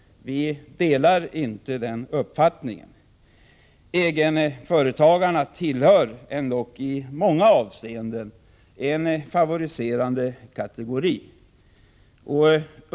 Vi delar inte den uppfattningen. Egenföretagarna utgör en i många avseenden favoriserad kategori.